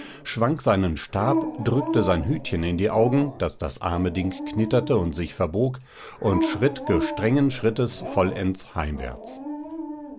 schwang seinen stab drückte sein hütchen in die augen daß das arme ding knitterte und sich verbog und schritt gestrengen schrittes vollends heimwärts